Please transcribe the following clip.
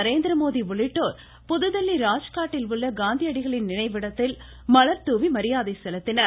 நரேந்திரமோடி உள்ளிட்டோர் புதுதில்லி ராஜ்காட்டில் உள்ள காந்தியடிகளின் நினைவிடத்தில் மலர்தூவி மரியாதை செலுத்தினர்